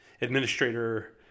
administrator